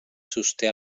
sosté